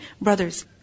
brothers